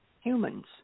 humans